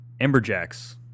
Emberjacks